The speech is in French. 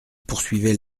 poursuivait